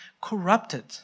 corrupted